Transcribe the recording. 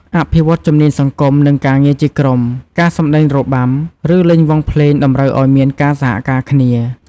អភិវឌ្ឍជំនាញសង្គម និងការងារជាក្រុម ការសម្តែងរបាំ ឬលេងវង់ភ្លេងតម្រូវឱ្យមានការសហការគ្នា។